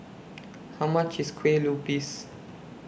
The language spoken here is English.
How much IS Kueh Lupis